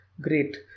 Great